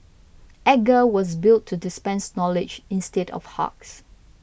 Edgar was built to dispense knowledge instead of hugs